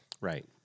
right